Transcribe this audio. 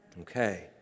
Okay